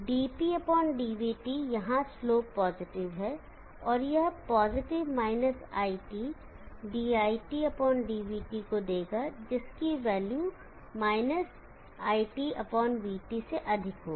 dpdvT यहाँ slope positive है और यह पॉजिटिव - iT diT dvT को देगा जिसकी वैल्यू - iTvT से अधिक होगी